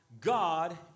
God